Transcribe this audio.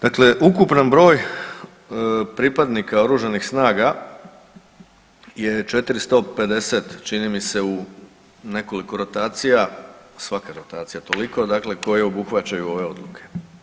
Dakle, ukupan broj pripadnika oružanih snaga je 450 čini mi se u nekoliko rotacija, svaka rotacija toliko dakle koje obuhvaćaju ove odluke.